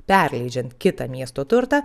perleidžiant kitą miesto turtą